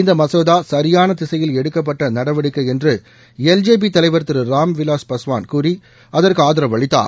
இந்த மசோதா சரியான திசையில் எடுக்கப்பட்ட நடவடிக்கை என்று எல் ஜே பி தலைவர் திரு ராம்விலாஸ் பாஸ்வான் கூறி அதற்கு ஆதரவு அளித்தார்